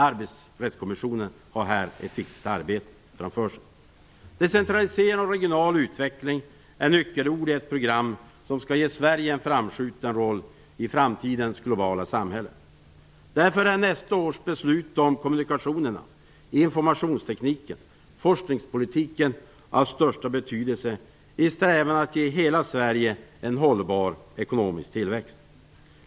Arbetsrättskommissionen har här ett viktigt arbete framför sig. Decentralisering och regional utveckling är nyckelord i ett program som skall ge Sverige en framskjuten roll i framtidens globala samhälle. Därför är nästa års beslut om kommunikationerna, informationstekniken och forskningspolitiken av största betydelse i strävan att ge hela Sverige en hållbar ekonomisk tillväxt.